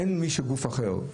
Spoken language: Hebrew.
אין גוף אחר.